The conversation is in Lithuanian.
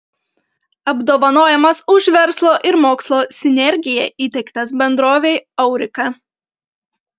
apdovanojimas už verslo ir mokslo sinergiją įteiktas bendrovei aurika